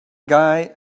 guy